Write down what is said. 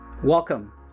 Welcome